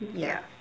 yeah